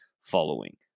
following